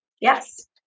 Yes